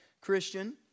Christian